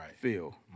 feel